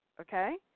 okay